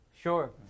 Sure